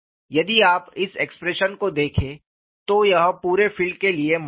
यदि आप इस एक्सप्रेशन को देखें तो यह पूरे फील्ड के लिए मान्य है